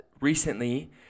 recently